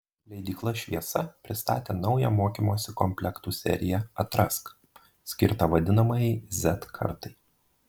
leidykla šviesa pristatė naują mokymosi komplektų seriją atrask skirtą vadinamajai z kartai